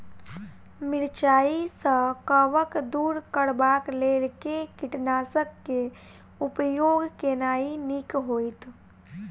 मिरचाई सँ कवक दूर करबाक लेल केँ कीटनासक केँ उपयोग केनाइ नीक होइत?